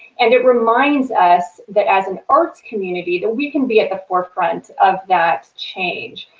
and it reminds us that, as an arts community, that we can be at the forefront of that change.